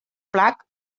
flac